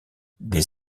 des